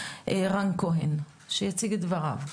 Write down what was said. רן כהן שיציג את דבריו.